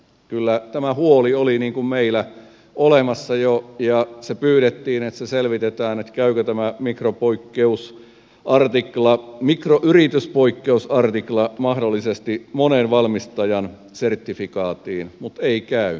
kyllä tämä huoli oli meillä olemassa jo ja pyydettiin että selvitetään käykö tämä mikroyrityspoikkeusartikla mahdollisesti monen valmistajan sertifikaattiin mutta ei käy